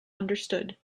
understood